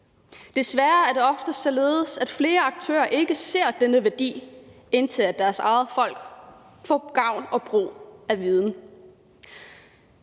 Desværre er det ofte således, at flere aktører ikke ser denne værdi, indtil deres eget folk får gavn af og brug for den